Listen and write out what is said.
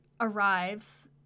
arrives